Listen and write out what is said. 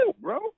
bro